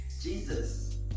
Jesus